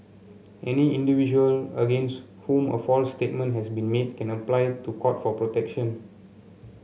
any individual against whom a false statement has been made can apply to Court for protection